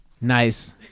nice